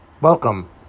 welcome